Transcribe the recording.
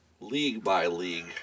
league-by-league